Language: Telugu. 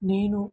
నేను